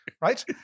right